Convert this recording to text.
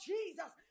Jesus